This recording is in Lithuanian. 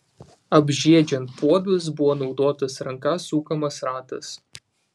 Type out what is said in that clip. apžiedžiant puodus buvo naudotas ranka sukamas ratas